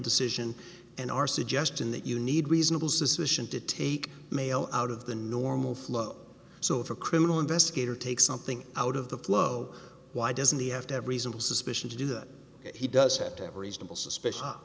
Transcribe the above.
decision and our suggestion that you need reasonable suspicion to take mail out of the normal flow so if a criminal investigator take something out of the flow why doesn't he have to have reasonable suspicion to do that he does have to have reasonable suspicio